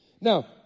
Now